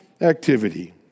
activity